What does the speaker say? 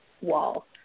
wall